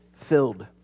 filled